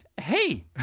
Hey